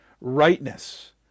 Rightness